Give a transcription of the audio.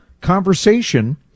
conversation